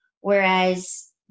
whereas